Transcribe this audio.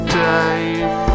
time